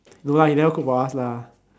no lah he never cook for us lah